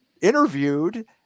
interviewed